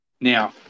Now